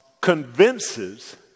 convinces